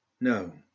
No